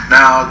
Now